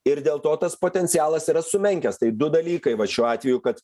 ir dėl to tas potencialas yra sumenkęs tai du dalykai va šiuo atveju kad